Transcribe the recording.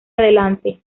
adelante